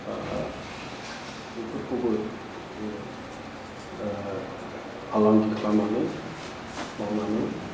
बेफोरखौबो जोङो फालांगि खालामनानै मावनानै